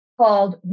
called